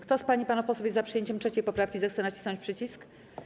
Kto z pań i panów posłów jest za przyjęciem 3. poprawki, zechce nacisnąć przycisk.